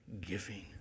giving